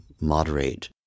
moderate